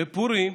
בפורים,